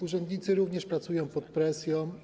Urzędnicy również pracują pod presją.